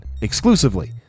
exclusively